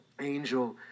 angel